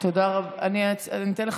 אתן לך